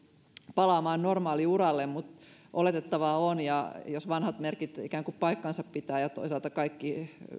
palaamaan normaaliuralle mutta oletettavaa on jos vanhat merkit ikään kuin paikkansa pitävät ja toisaalta